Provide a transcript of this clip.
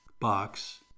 box